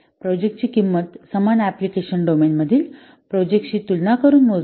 प्रोजेक्टची किंमत समान अँप्लिकेशन डोमेनमधील प्रोजेक्टाशी तुलना करून मोजली जाते